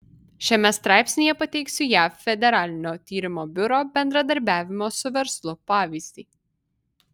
šiame straipsnyje pateiksiu jav federalinio tyrimo biuro bendradarbiavimo su verslu pavyzdį